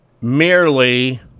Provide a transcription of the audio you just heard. merely